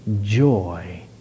joy